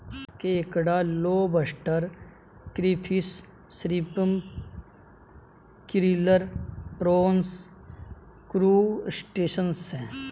केकड़ा lobster crayfish shrimp krill prawns crustacean है